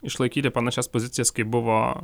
išlaikyti panašias pozicijas kaip buvo